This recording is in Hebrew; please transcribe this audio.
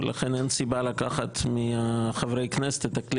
ולכן אין סיבה לקחת מחברי הכנסת את הכלי